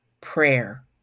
prayer